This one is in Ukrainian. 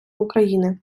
україни